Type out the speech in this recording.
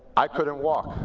i couldn't walk.